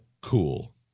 cool